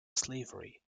slavery